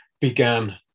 began